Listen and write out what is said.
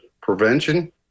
prevention